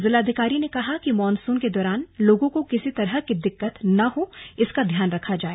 जिलाधिकारी ने कहा कि मानसून के दौरान लोगों को किसी तरह की दिक्कत न हो इसका ध्यान रखा जाए